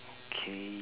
okay